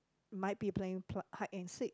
might be playing pl~ hide and seek